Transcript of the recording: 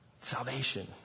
Salvation